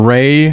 Ray